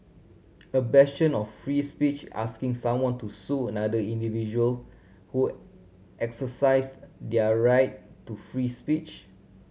a bastion of free speech asking someone to sue another individual who exercised their right to free speech